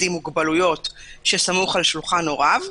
עם מוגבלויות שסמוך על שולחן הוריו,